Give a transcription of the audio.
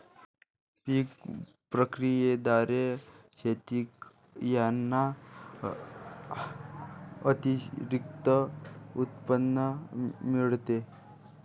पीक प्रक्रियेद्वारे शेतकऱ्यांना अतिरिक्त उत्पन्न मिळते